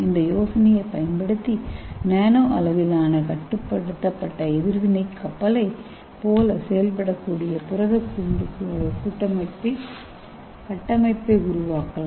இந்த யோசனையைப் பயன்படுத்தி நானோ அளவிலான கட்டுப்படுத்தப்பட்ட எதிர்வினைக் கப்பலைப் போல செயல்படக்கூடிய புரதக் கூண்டு கட்டமைப்பை உருவாக்கலாம்